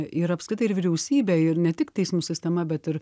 ir apskritai ir vyriausybė ir ne tik teismų sistema bet ir